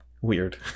Weird